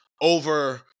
over